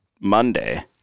Monday